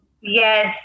Yes